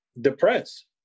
depressed